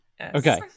Okay